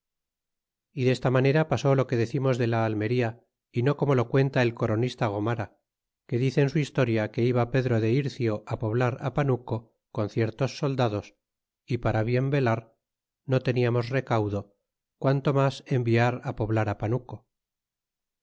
y desta manera pasó lo que decimos de la almería y no como lo cuenta el coronista gomara que dice en su historia que iba pedro de ircio poblar panuco con ciertos soldados y para bien velar no teniamos recaudo quanto mas enviar poblar panuco